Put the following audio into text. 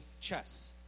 chess